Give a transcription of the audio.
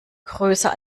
größer